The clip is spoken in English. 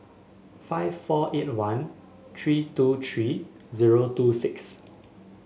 five four eight one three two three zero two six